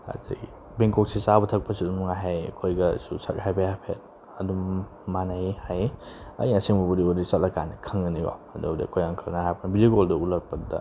ꯑꯗꯒꯤ ꯕꯦꯡꯀꯣꯛꯁꯦ ꯆꯥꯕ ꯊꯛꯄꯁꯨ ꯑꯗꯨꯝ ꯅꯨꯡꯉꯥꯏ ꯍꯥꯏꯌꯦ ꯑꯩꯈꯣꯏꯒꯁꯨ ꯁꯛ ꯍꯥꯏꯐꯦꯠ ꯍꯥꯏꯐꯦꯠ ꯑꯗꯨꯝ ꯃꯥꯅꯩ ꯍꯥꯏꯌꯦ ꯑꯩ ꯑꯁꯦꯡꯕꯕꯨꯗꯤ ꯎꯗ꯭ꯔꯤ ꯆꯠꯂꯀꯥꯟꯗ ꯈꯪꯉꯅꯤ ꯀꯣ ꯑꯗꯨꯕꯨꯗꯤ ꯑꯩꯈꯣꯏ ꯑꯪꯀꯜꯅ ꯍꯥꯏꯔꯛꯄ ꯚꯤꯗꯤꯑꯣ ꯀꯣꯜꯗ ꯎꯠꯂꯛꯄꯗꯨꯗ